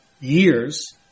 years